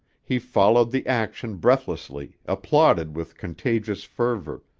he followed the action breathlessly, applauded with contagious fervor,